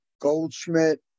Goldschmidt